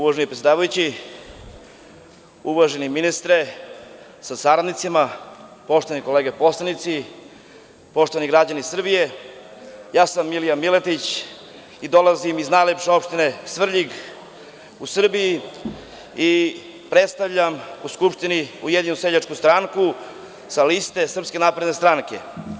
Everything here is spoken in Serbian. Uvaženi predsedavajući, uvaženi ministre sa saradnicima, poštovane kolege poslanici, poštovani građani Srbije, ja sam Milija Miletić i dolazim iz najlepše opštine, Svrljig, u Srbiji i predstavljam u Skupštini Ujedinjenu seljačku stranku sa liste SNS.